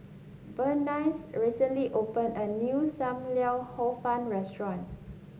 Burnice recently opened a new Sam Lau Hor Fun restaurant